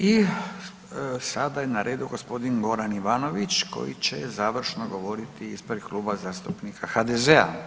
I sada je na redu g. Goran Ivanović koji će završno govoriti ispred Kluba zastupnika HDZ-a.